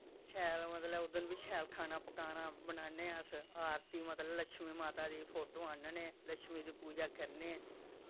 शैल मतलब उस दिन बी शैल खाना पकाना बनान्ने अस आरती मतलब लक्ष्मी माता दी फोटो आह्नने लक्ष्मी दी पूजा करने